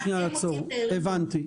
אם --- טוב, הבנתי.